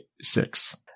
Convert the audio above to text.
six